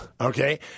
Okay